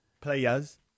Players